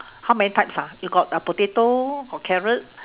how many types ah you got uh potato got carrot